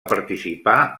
participar